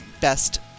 best